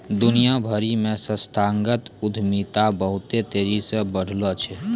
दुनिया भरि मे संस्थागत उद्यमिता बहुते तेजी से बढ़लो छै